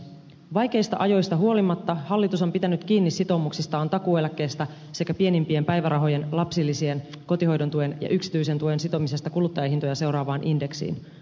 vaikeista ajoista huolimatta hallitus on pitänyt kiinni sitoumuksistaan takuueläkkeestä sekä pienimpien päivärahojen lapsilisien kotihoidon tuen ja yksityisen hoidon tuen sitomisesta kuluttajahintoja seuraavaan indeksiin